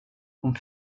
hon